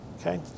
okay